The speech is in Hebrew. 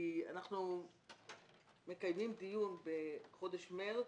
אנחנו מקיימים דיון בחודש מרס.